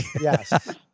Yes